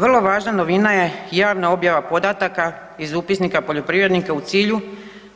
Vrlo važna novina je javna objava podataka iz upisnika poljoprivrednika u cilju